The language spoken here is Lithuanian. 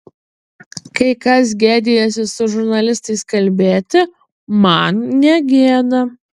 kai kas gėdijasi su žurnalistais kalbėti man negėda